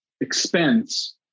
expense